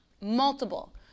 multiple